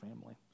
family